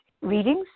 readings